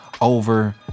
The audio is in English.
over